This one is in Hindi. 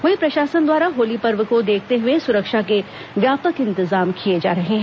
वहीं प्रशासन द्वारा होली पर्व को देखते हए सुरक्षा के व्यापक इंतजाम किए जा रहे हैं